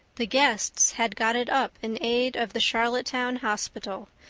the guests had got it up in aid of the charlottetown hospital,